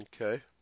Okay